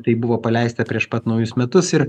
tai buvo paleista prieš pat naujus metus ir